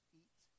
eat